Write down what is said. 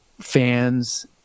fans